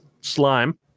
Slime